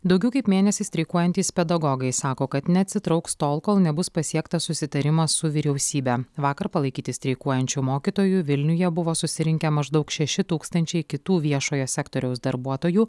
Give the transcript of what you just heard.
daugiau kaip mėnesį streikuojantys pedagogai sako kad neatsitrauks tol kol nebus pasiektas susitarimas su vyriausybe vakar palaikyti streikuojančių mokytojų vilniuje buvo susirinkę maždaug šeši tūkstančiai kitų viešojo sektoriaus darbuotojų